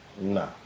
Nah